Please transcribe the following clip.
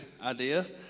idea